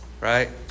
right